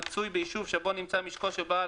(כללים בדבר מכסות לייצור ביצי מאכל לשיווק בשנת